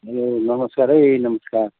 hello नमस्कार है नमस्कार